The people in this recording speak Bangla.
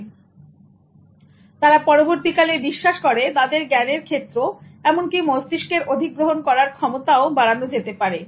সুতরাং তারা পরবর্তীকালে বিশ্বাস করে তাদের জ্ঞানের ক্ষেত্র এমনকি মস্তিষ্কের অধিগ্রহণ করার ক্ষমতাও বাড়ানো যেতে পারে